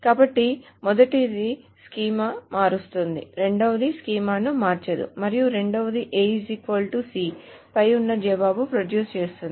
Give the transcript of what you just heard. కాబట్టి మొదటిది స్కీమాను మారుస్తుంది రెండవది స్కీమాను మార్చదు మరియు రెండవది A C ఫై ఉన్న జవాబును ప్రొడ్యూస్ చేస్తుంది